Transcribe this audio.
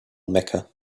mecca